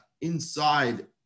inside